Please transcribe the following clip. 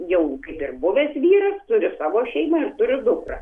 jau kaip ir buvęs vyras turi savo šeimą ir turi dukrą